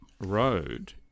road